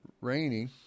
rainy